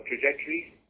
trajectories